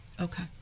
Okay